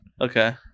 Okay